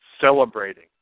celebrating